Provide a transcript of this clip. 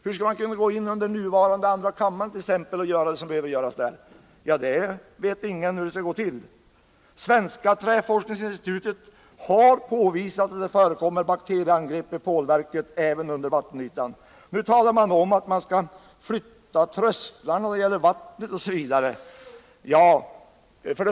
Hur skall man då t.ex. kunna gå in under andra kammarens förutvarande plenisal för att genomföra sådana åtgärder? Ingen vet hur det skulle kunna genomföras. 31 Svenska träforskningsinstitutet har påvisat att det förekommer bakterieangrepp i pålverket även under vattenytan. Man talar nu om att ”flytta vattentrösklarna” i detta sammanhang.